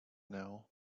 now